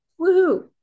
Woohoo